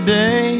day